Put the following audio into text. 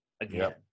again